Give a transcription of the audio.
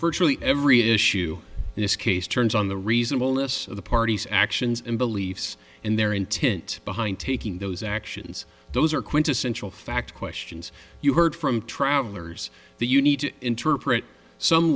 virtually every issue in this case turns on the reasonableness of the parties actions and beliefs in their intent behind taking those actions those are quintessential fact questions you heard from travelers the you need to interpret some